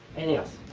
anything else?